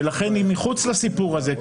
ולכן היא מחוץ לסיפור הזה.